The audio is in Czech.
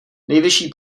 nejvyšší